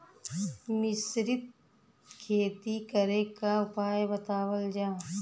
मिश्रित खेती करे क उपाय बतावल जा?